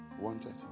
wanted